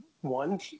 one